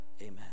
amen